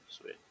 Sweet